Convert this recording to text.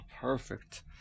perfect